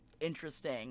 Interesting